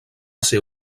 ser